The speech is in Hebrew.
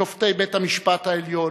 שופטי בית-המשפט העליון,